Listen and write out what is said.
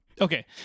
Okay